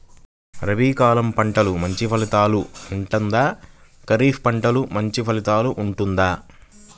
రబీ కాలం పంటలు మంచి ఫలితాలు ఉంటుందా? ఖరీఫ్ పంటలు మంచి ఫలితాలు ఉంటుందా?